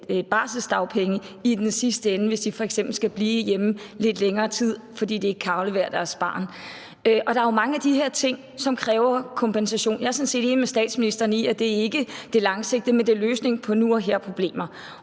barselsdagpenge i den sidste ende, hvis de f.eks. skal blive hjemme lidt længere tid, fordi de ikke kan aflevere deres barn. Der er jo mange af de her ting, som kræver kompensation. Jeg er sådan set enig med statsministeren i, at det ikke går på det langsigtede, men at det handler om løsning af her og nu-problemer.